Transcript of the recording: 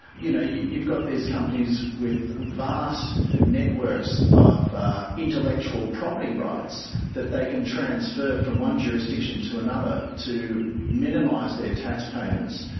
you know you've got these companies with vast networks of intellectual property rights that they can transfer from one jurisdiction to another to minimise their tax payments,